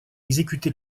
exécuter